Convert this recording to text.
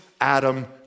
Adam